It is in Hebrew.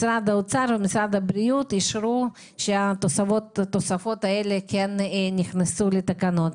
משרד האוצר ומשרד הבריאות אישרו שהתוספות הללו נכנסו לתקנות.